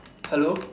hello